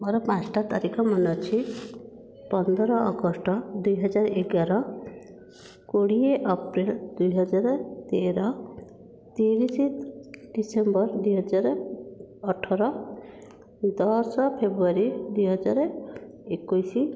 ମୋର ପାଞ୍ଚଟା ତାରିଖ ମନେ ଅଛି ପନ୍ଦର ଅଗଷ୍ଟ ଦୁଇହଜାର ଏଗାର କୋଡ଼ିଏ ଅପ୍ରିଲ ଦୁଇହଜାର ତେର ତିରିଶ ଡିସେମ୍ବର ଦୁଇହଜାର ଅଠର ଦଶ ଫେବୃୟାରୀ ଦୁଇହଜାର ଏକୋଇଶି